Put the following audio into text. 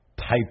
Type